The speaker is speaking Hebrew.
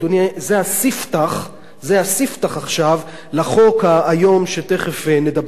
עכשיו זה הספתח לחוק האיום שתיכף נדבר עליו.